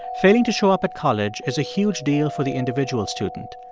failing to show up at college is a huge deal for the individual student.